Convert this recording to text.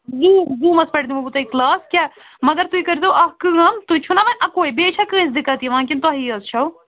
zoom زوٗمس پٮ۪ٹھ دِمہو بہٕ تۄہہِ کٕلاس کیٛاہ مگر تُہۍ کٔرۍزیٚو اَکھ کٲم تُہی چھُو نا وۄنۍ اکُوے بیٚیہِ چھا کٲنٛسہِ دِقعت یِوان کِنہٕ تۄہۍ یٲژ چھَو